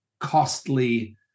costly